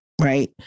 right